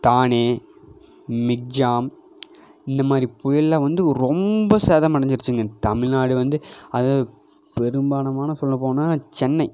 தானே மிக்ஜாம் இந்தமாதிரி புயலெலாம் வந்து ரொம்ப சேதம் அடைஞ்சுருச்சுங்க தமிழ் நாடு வந்து அது பெரும்பானமான சொல்லப் போனால் சென்னை